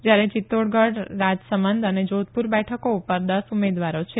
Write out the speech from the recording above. જયારે ચીત્તોડગઢ રાજસમંદ અને જાધપુર બેઠકો ઉપર દસ દસ ઉમેદવારો છે